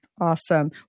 Awesome